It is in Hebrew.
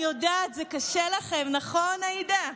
אני יודעת, זה קשה לכם, נכון, עאידה?